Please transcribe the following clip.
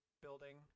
building